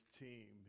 team